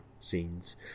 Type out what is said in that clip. scenes